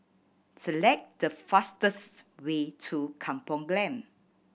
select the fastest way to Kampong Glam